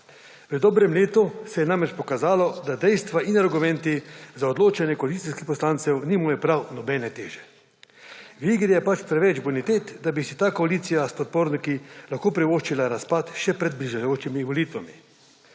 V dobrem letu se je namreč pokazalo, da dejstva in argumenti za odločanje koalicijskih poslancev nimajo prav nobene teže. V igri je pač preveč bonitet, da bi si ta koalicija s podporniki lahko privoščila razpad še pred bližajočimi volitvami.